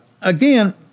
Again